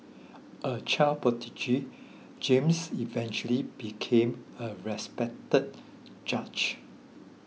a child prodigy James eventually became a respected judge